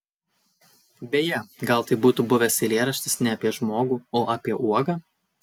beje gal tai būtų buvęs eilėraštis ne apie žmogų o apie uogą